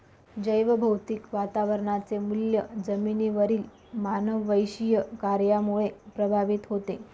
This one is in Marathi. जैवभौतिक वातावरणाचे मूल्य जमिनीवरील मानववंशीय कार्यामुळे प्रभावित होते